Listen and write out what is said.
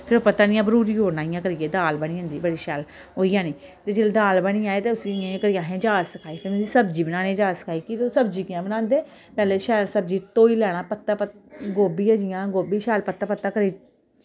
फिर उप्पर धनिया भरूड़ी ओड़ना इं'या करियै दाल बनी जंदी बड़ी शैल होई जानी ते जेल्लै उस्सी इ'यां इ'यां करियै असैं जाच सखाई फिर में सब्जी बनाने दी जाच सखाई कि तुस सब्जी कियां बनांदे पैह्ले शैल सब्जी धोई लैना पत्ता गोभी ऐ जियां गोबी शैल पत्ता पत्ता करी